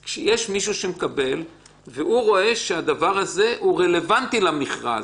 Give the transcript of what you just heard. אם מי שמקבל את המידע רואה שהדבר רלוונטי למכרז,